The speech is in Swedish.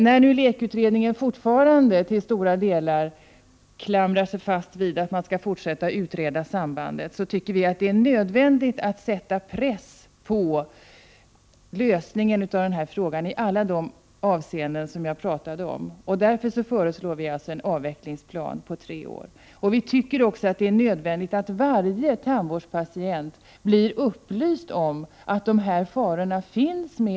När nu LEK-utredningen fortfarande till stora delar klamrar sig fast vid inriktningen att fortsätta att utreda sambanden tycker vi att det är nödvändigt att sätta press på lösandet av denna fråga i alla de avseenden som jag har berört. Därför föreslår vi en avvecklingsplan omfattande tre år. Vi tycker också att det är nödvändigt att varje tandvårdspatient blir upplyst om de faror som är förenade med amalgamet.